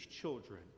children